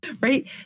right